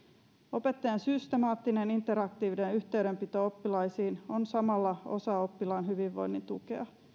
opettajan systemaattinen interaktiivinen yhteydenpito oppilaisiin on samalla osa oppilaan hyvinvoinnin tukea